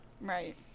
Right